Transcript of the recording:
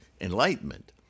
enlightenment